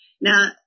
Now